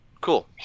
Cool